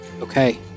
Okay